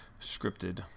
scripted